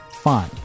Fine